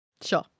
Sure